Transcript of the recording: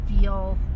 feel